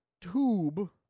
tube